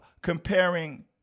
comparing